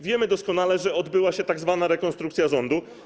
Wiemy doskonale, że odbyła się tzw. rekonstrukcja rządu.